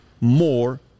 more